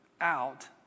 out